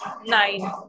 nine